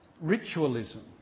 Ritualism